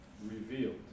Revealed